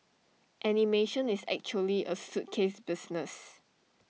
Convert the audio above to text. animation is actually A suitcase business